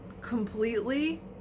completely